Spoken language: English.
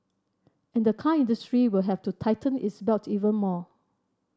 and the car industry will have to tighten its belt even more